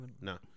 no